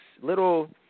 little